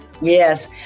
Yes